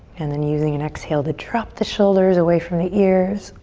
and then using an exhale to drop the shoulders away from the ears.